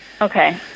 Okay